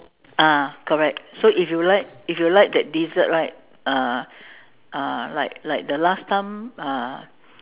ah correct so if you like if you like that dessert right uh uh like like the last time uh